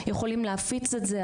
יכולים להפיץ את זה.